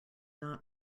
not